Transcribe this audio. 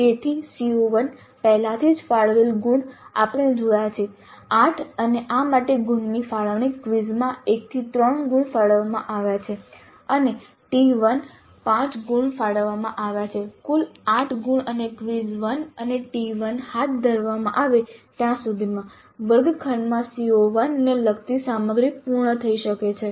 તેથી CO1 પહેલાથી જ ફાળવેલ કુલ ગુણ આપણે જોયા છે 8 અને આ માટે ગુણની ફાળવણી ક્વિઝમાં છે 1 3 ગુણ ફાળવવામાં આવ્યા છે અને T1 5 ગુણ ફાળવવામાં આવ્યા છે કુલ 8 ગુણ અને ક્વિઝ 1 અથવા T1 હાથ ધરવામાં આવે ત્યાં સુધીમાં વર્ગખંડમાં CO1 ને લગતી સામગ્રી પૂર્ણ થઈ ગઈ છે